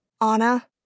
Anna